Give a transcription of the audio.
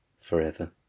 forever